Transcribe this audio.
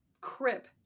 crip